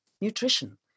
nutrition